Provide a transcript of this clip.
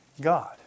God